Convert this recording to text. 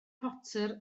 potter